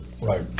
Right